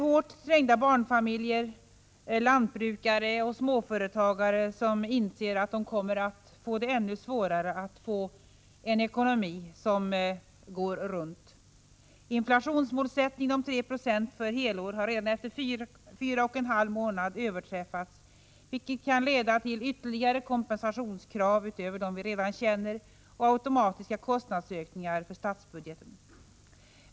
Hårt trängda barnfamiljer, lantbrukare och småföretagare inser i dag att det kommer att bli ännu svårare att få ekonomin att gå runt. Inflationsmålet om 3 96 för helår har redan efter fyra och en halv månad överträffats, vilket kan leda till ytterligare kompensationskrav utöver dem vi redan känner till och automatiska kostnadsökningar för statsbudgeten.